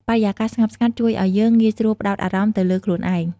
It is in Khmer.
បរិយាកាសស្ងប់ស្ងាត់ជួយឲ្យយើងងាយស្រួលផ្ដោតអារម្មណ៍ទៅលើខ្លួនឯង។